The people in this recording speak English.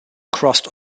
crossed